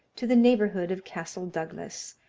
to the neighbourhood of castle douglas,